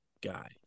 guy